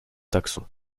taxon